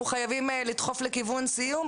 אנחנו חייבים לדחוף לכיוון הסיום.